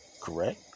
Correct